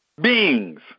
beings